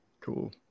cool